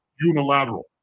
unilateral